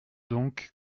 donc